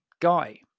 guy